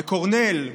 בקורנל,